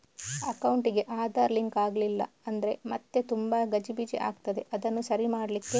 ಅಕೌಂಟಿಗೆ ಆಧಾರ್ ಲಿಂಕ್ ಆಗ್ಲಿಲ್ಲ ಅಂದ್ರೆ ಮತ್ತೆ ತುಂಬಾ ಗಜಿಬಿಜಿ ಆಗ್ತದೆ ಅದನ್ನು ಸರಿ ಮಾಡ್ಲಿಕ್ಕೆ